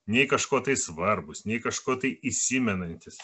nei kažkuo tai svarbūs nei kažkuo tai įsimenantys